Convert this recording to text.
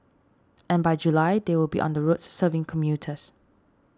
and by July they will be on the roads serving commuters